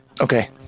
Okay